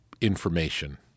information